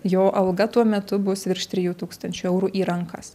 jo alga tuo metu bus virš trijų tūkstančių eurų į rankas